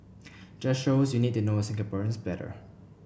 just shows you need to know Singaporeans better